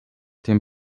dem